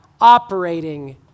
operating